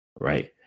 right